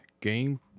game